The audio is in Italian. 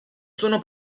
sono